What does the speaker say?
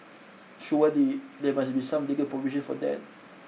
surely there there must be some legal provision for that